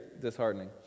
disheartening